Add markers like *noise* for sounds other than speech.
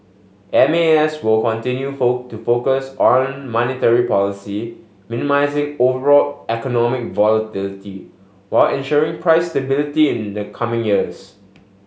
M A S will continue *unintelligible* to focus on monetary policy minimising overall economic volatility while ensuring price stability in the coming years